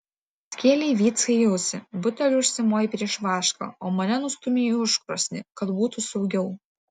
skėlei vyckai į ausį buteliu užsimojai prieš vašką o mane nustūmei į užkrosnį kad būtų saugiau